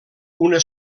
una